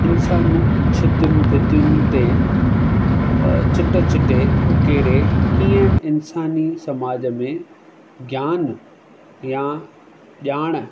इंसान छितियुनि भितियुनि ते चिट चिटे उकेरे कीअं इंसानी समाज में ज्ञानु या ॼाण